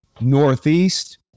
Northeast